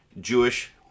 Jewish